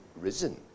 risen